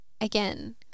again